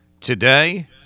Today